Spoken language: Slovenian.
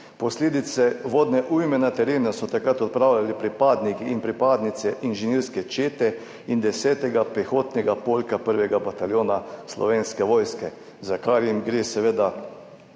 Posledice vodne ujme na terenu so takrat odpravljali pripadniki in pripadnice inženirske čete in desetega pehotnega polka prvega bataljona Slovenske vojske, za kar jim gre seveda